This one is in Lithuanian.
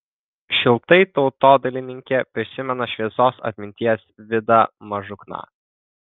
šiltai tautodailininkė prisimena šviesios atminties vidą mažukną